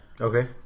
Okay